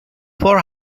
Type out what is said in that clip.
four